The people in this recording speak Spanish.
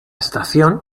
estación